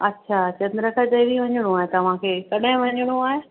अच्छा चंद्रीका देवी वञिणो आहे तव्हांखे कॾहिं वञिणो आहे